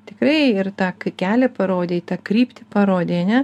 tikrai ir tą kelią parodei tą kryptį parodei ane